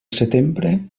setembre